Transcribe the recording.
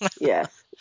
yes